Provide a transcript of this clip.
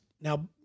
Now